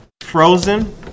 frozen